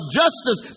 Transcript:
justice